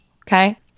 okay